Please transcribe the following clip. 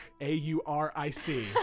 a-u-r-i-c